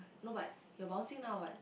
no but you're bouncing now what